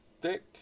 thick